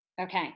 okay